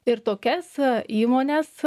ir tokias įmones